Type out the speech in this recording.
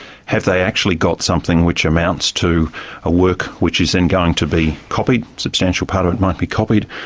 have they actually got something which amounts to a work which is then going to be copied, a substantial part of it might be copied,